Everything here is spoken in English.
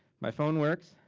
my phone works.